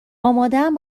آمادم